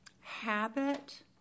habit